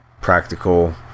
practical